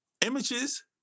images